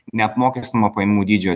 neapmokestinamo pajamų dydžio